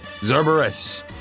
Zerberus